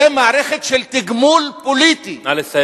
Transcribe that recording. זו מערכת של תגמול פוליטי, נא לסיים.